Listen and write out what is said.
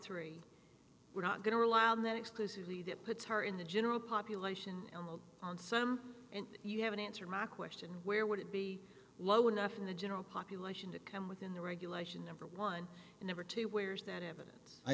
three we're not going to rely on that exclusively that puts her in the general population on some and you haven't answered my question where would it be low enough in the general population to come within the regulation number one and number two where's that evidence i